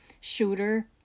shooter